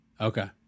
Okay